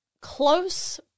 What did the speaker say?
close